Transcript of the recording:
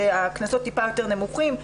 שם הקנסות מעט יותר נמוכים.